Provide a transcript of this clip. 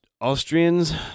Austrians